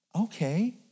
Okay